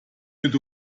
mit